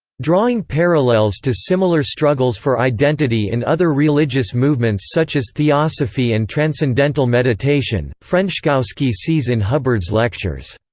drawing parallels to similar struggles for identity in other religious movements such as theosophy and transcendental meditation, frenschkowski sees in hubbard's lectures